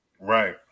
Right